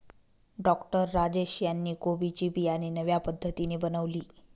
doctor Rajesh यांनी कोबी ची बियाणे नव्या पद्धतीने बनवली